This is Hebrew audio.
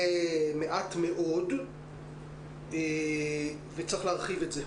זה מעט מאוד וצריך להרחיב את זה.